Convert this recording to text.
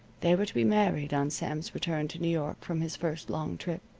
they were to be married on sam's return to new york from his first long trip.